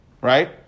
right